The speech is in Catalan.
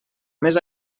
més